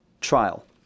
Trial